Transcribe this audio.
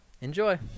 Enjoy